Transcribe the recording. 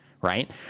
right